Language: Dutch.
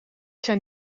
zijn